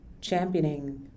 championing